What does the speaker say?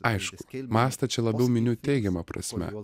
aišku mastą čia labiau miniu teigiama prasme